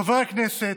חברי הכנסת,